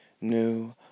new